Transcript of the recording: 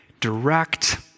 direct